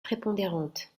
prépondérante